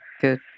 good